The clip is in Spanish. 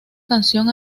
canción